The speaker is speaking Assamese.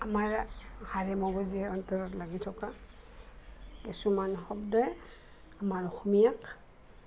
আমাৰ হাৰে মগজুৱে অন্তৰত লাগি থকা কিছুমান শব্দই আমাৰ অসমীয়াক